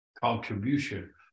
contribution